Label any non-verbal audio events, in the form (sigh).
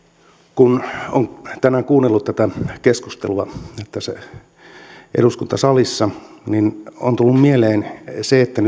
kun on tänään kuunnellut tätä keskustelua tässä eduskuntasalissa on tullut mieleen se että (unintelligible)